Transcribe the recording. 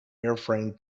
airframe